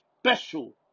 special